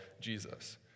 Jesus